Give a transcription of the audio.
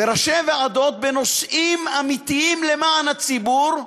וראשי הוועדות, בנושאים אמיתיים, למען הציבור,